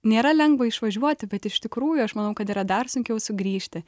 nėra lengva išvažiuoti bet iš tikrųjų aš manau kad yra dar sunkiau sugrįžti